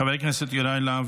חבר הכנסת יוראי להב